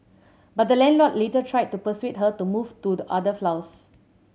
but the landlord later tried to persuade her to move to the other floors